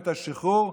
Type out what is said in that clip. מלחמת השחרור.